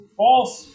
false